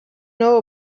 know